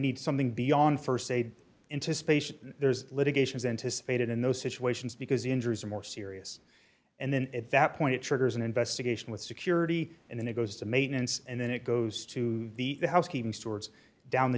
need something beyond st say anticipation there's litigation is anticipated in those situations because the injuries are more serious and then at that point it triggers an investigation with security and then it goes to maintenance and then it goes to the housekeeping stewards down the